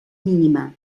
mínima